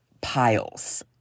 piles